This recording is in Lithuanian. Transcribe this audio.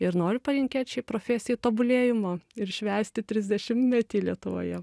ir noriu palinkėt šiai profesijai tobulėjimo ir švęsti trisdešimtmetį lietuvoje